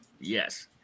Yes